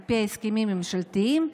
על פי ההסכמים הממשלתיים,